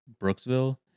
Brooksville